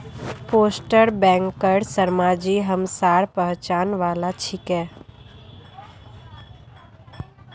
postal बैंकेर शर्माजी हमसार पहचान वाला छिके